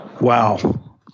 Wow